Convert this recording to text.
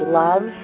love